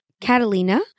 catalina